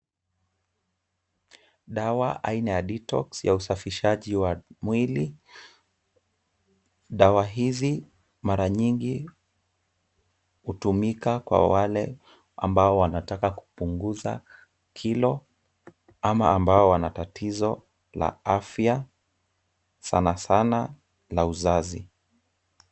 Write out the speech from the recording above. Dawa aina ya cs[Detox]cs ya usafishaji wa mwili. Dawa hizi mara nyingi hutumiwa kwa wale wanataka kupunguza kilo ama ambao wana tatizo la afya sanasana la uzazi.